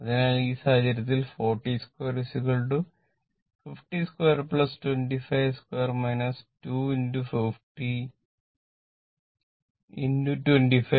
അതിനാൽ ആ സാഹചര്യത്തിൽ 402 502 252 25025 cos θ